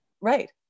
right